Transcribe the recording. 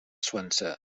swansea